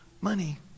money